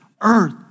earth